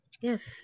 yes